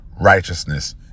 righteousness